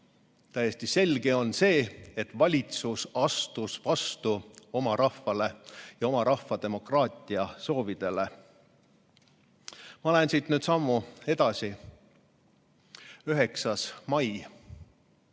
täiesti selge on see, et valitsus astus vastu oma rahvale ja oma rahva demokraatiasoovidele. Ma lähen siit nüüd sammu edasi. 9. mail